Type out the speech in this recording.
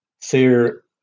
fear